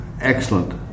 excellent